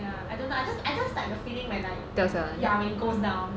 ya I don't know I just I just like the feeling when like ya when it goes down